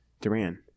Duran